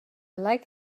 like